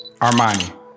Armani